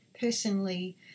personally